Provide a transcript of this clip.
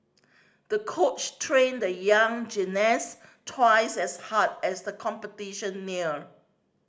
the coach trained the young gymnast twice as hard as the competition neared